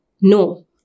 No